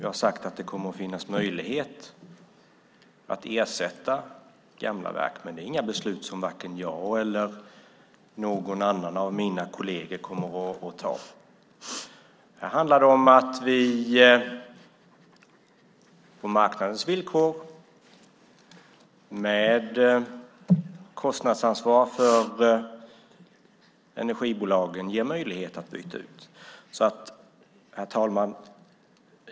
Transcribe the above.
Jag har sagt att det kommer att finnas en möjlighet att ersätta gamla verk, men det är inte beslut som vare sig jag eller någon av mina kolleger kommer att ta. Här handlar det om att vi på marknadens villkor och med kostnadsansvar för energibolagen ger möjligheter att byta ut. Herr talman!